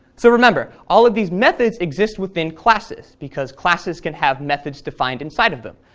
so remember, all of these methods exist within classes because classes can have methods defined inside of them.